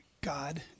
God